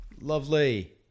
Lovely